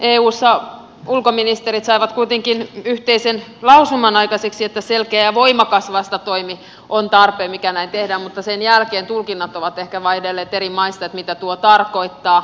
eussa ulkoministerit saivat kuitenkin yhteisen lausuman aikaiseksi että on tarpeen selkeä ja voimakas vastatoimi mikä näin tehdään mutta sen jälkeen tulkinnat ovat ehkä vaihdelleet eri maissa siitä mitä tuo tarkoittaa